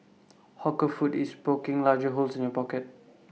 hawker food is poking larger holes in your pocket